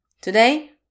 Today